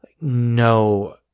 no